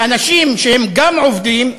ואנשים שהם גם עובדים,